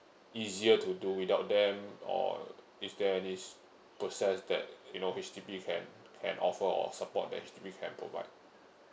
easier to do without them or is there any s~ process that you know H_D_B can can offer or support that H_D_B can provide